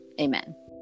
Amen